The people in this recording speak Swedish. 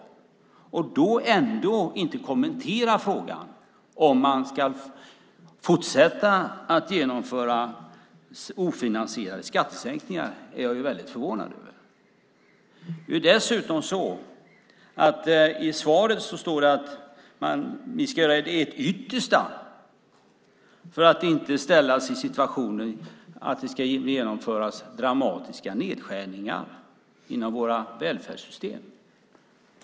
Jag blir då väldigt förvånad över att finansministern inte kommenterar frågan om man ska fortsätta att genomföra ofinansierade skattesänkningar. I svaret står det dessutom att ni ska göra ert yttersta för att inte hamna i en sådan situation att det ska genomföras dramatiska nedskärningar inom våra välfärdssystem.